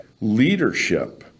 leadership